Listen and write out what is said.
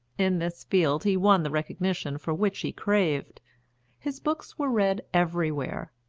in this field he won the recognition for which he craved his books were read everywhere,